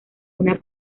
una